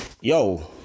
yo